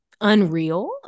unreal